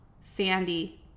Sandy